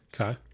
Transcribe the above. okay